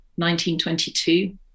1922